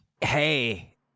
Hey